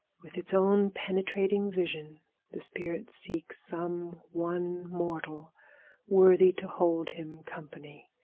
with its own penetrating vision the spirit seeks some one mortal worthy to hold him company,